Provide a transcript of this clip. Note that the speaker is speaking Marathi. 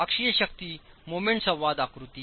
अक्षीय शक्ती मोमेंट संवाद आकृती